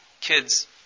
kids